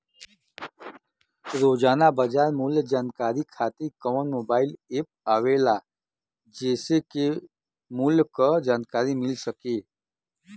रोजाना बाजार मूल्य जानकारी खातीर कवन मोबाइल ऐप आवेला जेसे के मूल्य क जानकारी मिल सके?